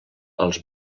els